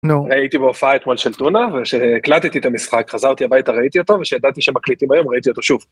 נו הייתי בהופעה אתמול של טונה ושהקלטתי את המשחק חזרתי הביתה ראיתי אותו ושידעתי שמקליטים היום ראיתי אותו שוב.